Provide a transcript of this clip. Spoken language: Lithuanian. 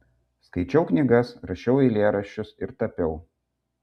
skaičiau knygas rašiau eilėraščius ir tapiau